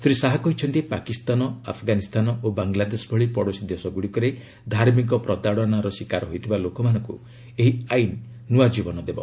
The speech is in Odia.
ଶ୍ରୀ ଶାହା କହିଛନ୍ତି ପାକିସ୍ତାନ ଆଫ୍ଗାନିସ୍ତାନ ଓ ବାଙ୍ଗଲାଦେଶ ଭଳି ପଡ଼ୋଶୀ ଦେଶଗୁଡ଼ିକରେ ଧାର୍ମିକ ପ୍ରତାଡ଼ନାର ଶୀକାର ହୋଇଥିବା ଲୋକମାନଙ୍କୁ ଏହି ଆଇନ୍ ନୂଆ ଜୀବନ ଦେବ